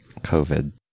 COVID